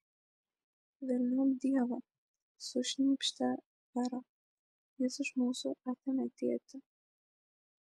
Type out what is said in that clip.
velniop dievą sušnypštė vera jis iš mūsų atėmė tėtį